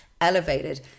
elevated